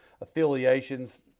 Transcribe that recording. affiliations